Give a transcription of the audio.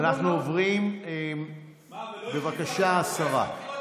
ואנחנו עוברים, בבקשה, השרה.